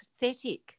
pathetic